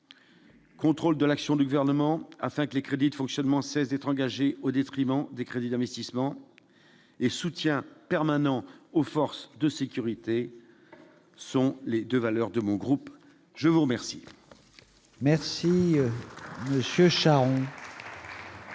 Contrôle de l'action du gouvernement afin que les crédits de fonctionnement cesse d'être engagée au détriment des crédits d'investissement et soutien permanent aux forces de sécurité sont les 2 valeurs de mon groupe, je vous remercie. Merci Monsieur Charon.